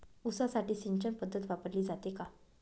ऊसासाठी सिंचन पद्धत वापरली जाते का?